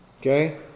Okay